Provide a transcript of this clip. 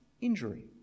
injury